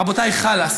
רבותיי, חלאס.